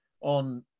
On